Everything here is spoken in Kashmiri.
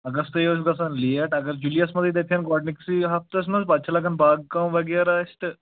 اگستٕے اوس گژھان لیٹ اگر جُلیَس منٛزٕے دَپن گۄڈٕنِکسٕے ہفتس منٛز پَتہٕ چھِ لگان باغ کٲم وغیرہ اَسہِ تہٕ